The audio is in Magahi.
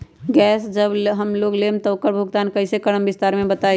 गैस जब हम लोग लेम त उकर भुगतान कइसे करम विस्तार मे बताई?